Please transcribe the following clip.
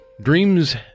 Dreams